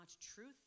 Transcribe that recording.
truth